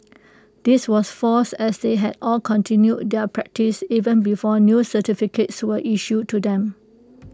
this was false as they had all continued their practice even before new certificates were issued to them